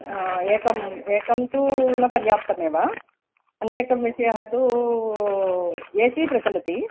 एकम् एकं तु न पर्याप्तमेव अन्यदेकः विषयः तु ए सि प्रचलति